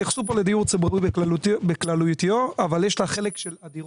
התייחסו פה לדיור ציבורי בכללותו אבל יש חלק של הדירות,